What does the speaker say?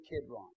Kidron